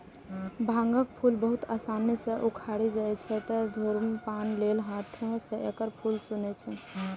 भांगक फूल बहुत आसानी सं उखड़ि जाइ छै, तें धुम्रपान लेल हाथें सं एकर फूल चुनै छै